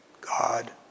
God